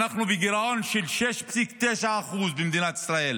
אנחנו בגירעון של 6.9% במדינת ישראל,